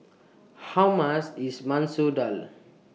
How much IS Masoor Dal